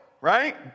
right